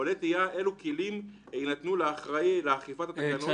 עולה תהייה אלו כלים יינתנו לאחראי לאכיפת התקנות.